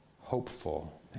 hopeful